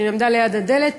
היא נעמדה ליד הדלת,